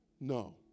No